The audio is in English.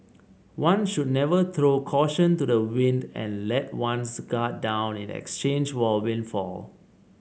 one should never throw caution to the wind and let one's guard down in exchange for a windfall